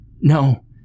No